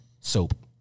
soap